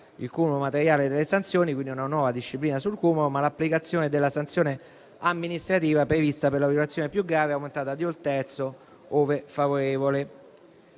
il cumulo materiale delle sanzioni, quindi si tratta di una nuova disciplina sul cumulo, ma l'applicazione della sanzione amministrativa prevista per la violazione più grave aumentata di un terzo, ove favorevole.